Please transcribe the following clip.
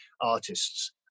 artists